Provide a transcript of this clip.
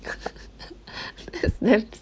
that's